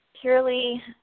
purely